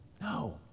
No